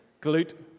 glute